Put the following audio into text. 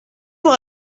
pour